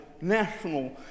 national